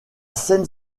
scène